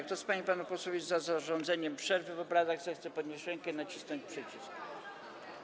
Kto z pań i panów posłów jest za zarządzeniem przerwy w obradach, zechce podnieść rękę i nacisnąć przycisk.